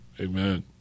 amen